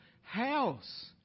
house